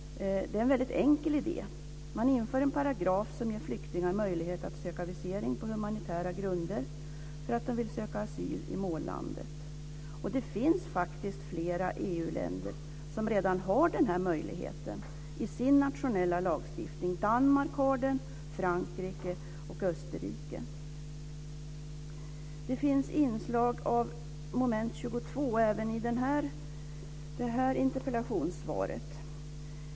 Det är en väldigt enkel idé. Man inför en paragraf som ger flyktingar möjlighet att söka visering på humanitära grunder för att de vill söka asyl i mållandet. Det finns faktiskt flera EU länder som redan har den här möjligheten i sin nationella lagstiftning. Danmark, Frankrike och Österrike har den. Det finns inslag av moment 22 även i det här interpellationssvaret.